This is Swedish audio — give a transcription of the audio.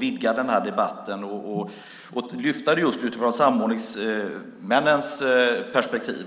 vidga debatten och lyfta upp frågan just utifrån samordningsmännens perspektiv.